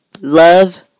love